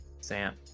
Sam